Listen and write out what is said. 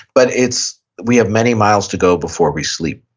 but it's, we have many miles to go before we sleep.